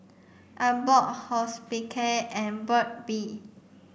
Abbott Hospicare and Burt's bee